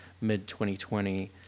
mid-2020